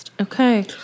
Okay